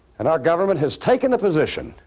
and our government has taken a position,